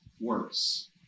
works